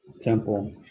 temple